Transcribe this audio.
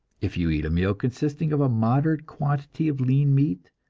if you eat a meal consisting of a moderate quantity of lean meat,